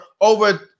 over